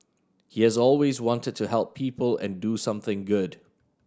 he has always wanted to help people and do something good